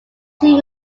two